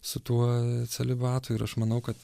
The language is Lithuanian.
su tuo celibatu ir aš manau kad